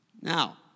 Now